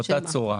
באותה צורה.